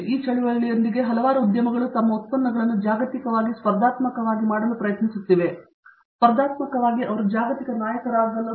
ಮೂರ್ತಿ ಆ ಚಳುವಳಿಯೊಂದಿಗೆ ಹಲವಾರು ಉದ್ಯಮಗಳು ತಮ್ಮ ಉತ್ಪನ್ನಗಳನ್ನು ಜಾಗತಿಕವಾಗಿ ಸ್ಪರ್ಧಾತ್ಮಕವಾಗಿ ಮಾಡಲು ಪ್ರಯತ್ನಿಸುತ್ತಿವೆ ಮತ್ತು ಸ್ಪರ್ಧಾತ್ಮಕವಾಗಿ ಮಾತ್ರ ಅವರು ಜಾಗತಿಕ ನಾಯಕರುಗಳಾಗಿರಲು ಬಯಸುತ್ತಾರೆ